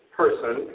person